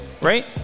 right